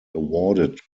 awarded